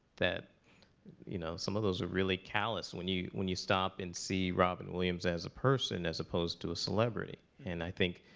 you know, some of those are really callous. when you when you stop and see robin williams as a person as opposed to a celebrity. and i think